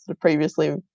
previously